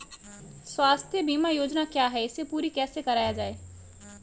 स्वास्थ्य बीमा योजना क्या है इसे पूरी कैसे कराया जाए?